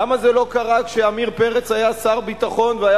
למה זה לא קרה כשעמיר פרץ היה שר ביטחון והיתה